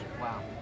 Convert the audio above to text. Wow